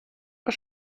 was